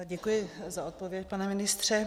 Děkuji za odpověď, pane ministře.